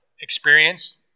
experience